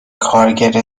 کارگر